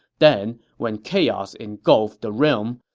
then, when chaos engulfed the realm,